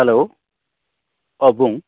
hello अ बुं